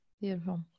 Beautiful